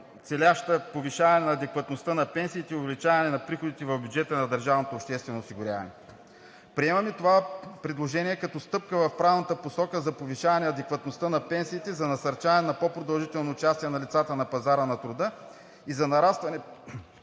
целяща повишаване на адекватността на пенсиите и увеличаване на приходите в бюджета на държавното обществено осигуряване. Приемаме това предложение като стъпка в правилната посока за повишаване адекватността на пенсиите, за насърчаване на по-продължително участие на лицата на пазара на труда и за нарастване